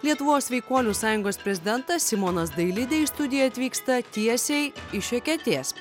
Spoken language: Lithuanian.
lietuvos sveikuolių sąjungos prezidentas simonas dailidė į studiją atvyksta tiesiai iš eketės